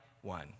one